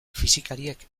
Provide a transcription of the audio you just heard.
fisikariek